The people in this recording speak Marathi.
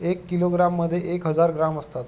एक किलोग्रॅममध्ये एक हजार ग्रॅम असतात